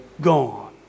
Gone